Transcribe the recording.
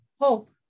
hope